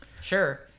sure